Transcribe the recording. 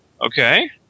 Okay